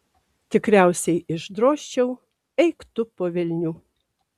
tikriausiai išdrožčiau eik tu po velnių